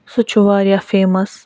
سُہِ تہِ چھُ واریاہ فٮ۪مَس